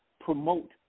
promote